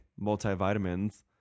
multivitamins